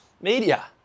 Media